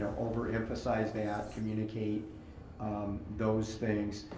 over-emphasize that, communicate um those things.